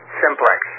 simplex